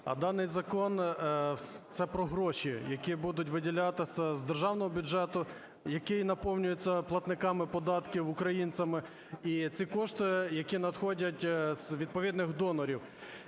А даний закон – це про гроші, які будуть виділятися з державного бюджету, який наповнюється платниками податків, українцями, і це кошти, які надходять з відповідних донорів.